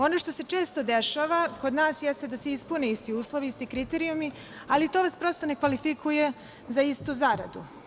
Ono što se često dešava kod nas jeste da se ispune isti uslovi, isti kriterijumi, ali to vas prosto ne kvalifikuje za istu zaradu.